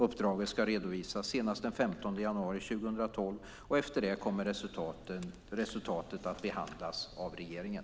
Uppdraget ska redovisas senast den 15 januari 2012, och efter det kommer resultatet att behandlas av regeringen.